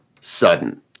sudden